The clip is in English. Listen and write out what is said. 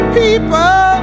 people